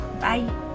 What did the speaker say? Bye